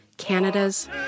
Canada's